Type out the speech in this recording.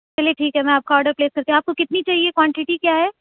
چلیے ٹھیک ہے میں آپ کا آرڈر پلیس کر کے آپ کو کتنی چاہئے کوانٹیٹی کیا ہے